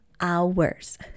hours